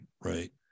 right